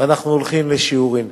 ואנחנו הולכים לשיעורין.